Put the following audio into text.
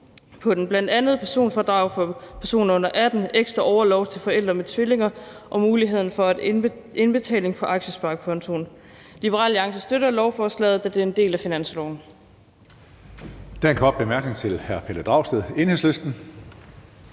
på den, bl.a. et personfradrag for personer under 18 år, ekstra orlov til forældre med tvillinger og muligheden for indbetaling på aktiesparekontoen. Liberal Alliance støtter lovforslaget, da det er en del af finansloven.